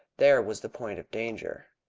there was the point of danger.